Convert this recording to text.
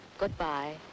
Goodbye